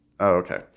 okay